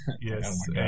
Yes